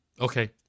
okay